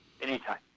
Anytime